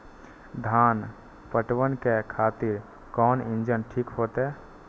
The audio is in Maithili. धान पटवन के खातिर कोन इंजन ठीक होते?